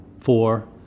Four